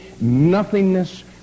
nothingness